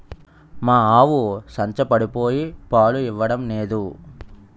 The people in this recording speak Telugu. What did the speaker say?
మా ఆవు సంచపడిపోయి పాలు ఇవ్వడం నేదు